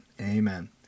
Amen